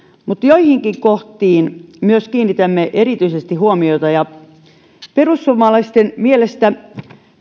mutta joihinkin kohtiin myös kiinnitämme erityisesti huomiota perussuomalaisten mielestä